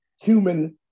human